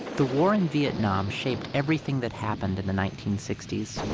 the war in vietnam shaped everything that happened in the nineteen sixty s,